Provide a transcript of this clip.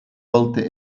wollte